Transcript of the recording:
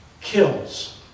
kills